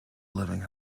living